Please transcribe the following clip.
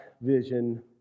vision